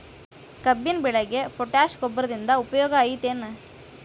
ಕಬ್ಬಿನ ಬೆಳೆಗೆ ಪೋಟ್ಯಾಶ ಗೊಬ್ಬರದಿಂದ ಉಪಯೋಗ ಐತಿ ಏನ್?